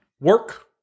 Work